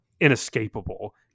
inescapable